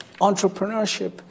entrepreneurship